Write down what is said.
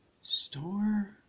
Store